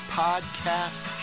podcast